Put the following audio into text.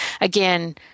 again